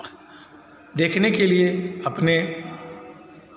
देखने के लिए अपने